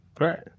Right